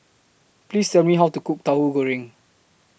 Please Tell Me How to Cook Tauhu Goreng